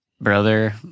brother